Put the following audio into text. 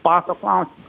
paso klausimas